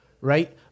Right